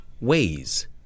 ways